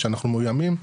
אנחנו מאוימים,